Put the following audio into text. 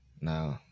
No